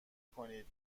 کنید